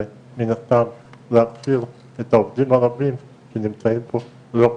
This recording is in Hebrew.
זה מין הסתם להסדיר את העובדים הרבים שנמצאים פה לא כחוק.